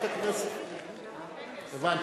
הבנתי.